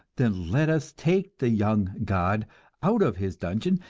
then let us take the young god out of his dungeon,